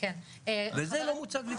וזה לא מוצג.